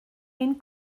ein